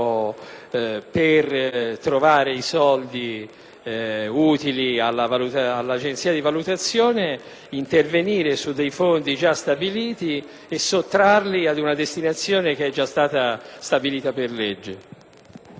utili all'Agenzia di valutazione, intervenire su fondi già stabiliti e sottrarli ad una destinazione già stabilita per legge.